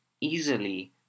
easily